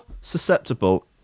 susceptible